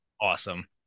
Awesome